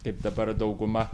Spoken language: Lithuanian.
kaip dabar dauguma